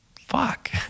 fuck